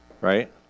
Right